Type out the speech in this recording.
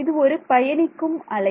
இது ஒரு பயணிக்கும் அலை